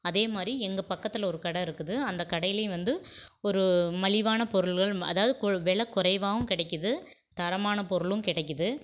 அதேமாதிரி எங்கள் பக்கத்தில் ஒரு கடை இருக்குது அந்த கடையிலையும் வந்து ஒரு மலிவான பொருள்கள் அதாவது கு விலை குறைவாகவும் கிடைக்கிது தரமான பொருளும் கிடைக்கிது